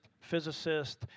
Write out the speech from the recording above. physicist